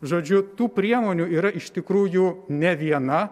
žodžiu tų priemonių yra iš tikrųjų ne viena